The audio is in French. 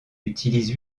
utilise